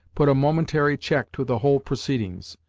put a momentary check to the whole proceedings.